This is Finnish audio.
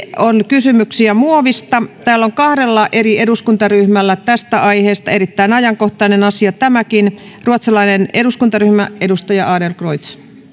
on kysymyksiä muovista täällä on kahdella eri eduskuntaryhmällä kysymys tästä aiheesta erittäin ajankohtainen asia tämäkin ruotsalainen eduskuntaryhmä edustaja adlercreutz